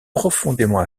profondément